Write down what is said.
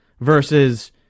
versus